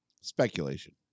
Speculation